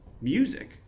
music